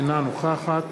אינה נוכחת